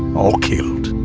all killed.